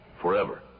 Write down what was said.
Forever